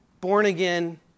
born-again